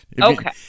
okay